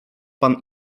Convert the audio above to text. pan